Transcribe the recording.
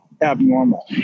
abnormal